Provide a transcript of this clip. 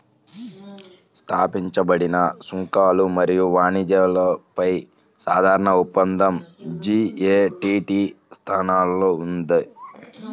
స్థాపించబడిన సుంకాలు మరియు వాణిజ్యంపై సాధారణ ఒప్పందం జి.ఎ.టి.టి స్థానంలో ఉంది